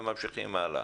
וממשיכים הלאה.